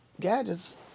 gadgets